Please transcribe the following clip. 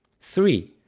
three.